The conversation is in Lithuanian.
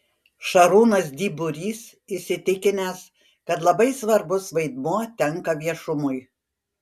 šarūnas dyburys įsitikinęs kad labai svarbus vaidmuo tenka viešumui